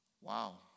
Wow